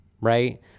right